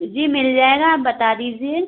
जी मिल जाएगा आप बता दीजिए